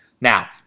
Now